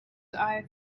eye